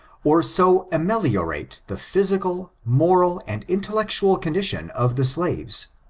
or so ameliorate the physical, moral and intellectual condition of the slaves,